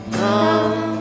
come